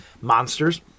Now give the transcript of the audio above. Monsters